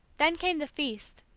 then came the feast,